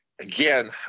Again